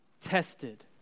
tested